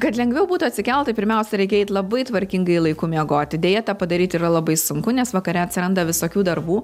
kad lengviau būtų atsikelt tai pirmiausia reikia eit labai tvarkingai laiku miegoti deja tą padaryt yra labai sunku nes vakare atsiranda visokių darbų